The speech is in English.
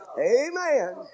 amen